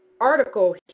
article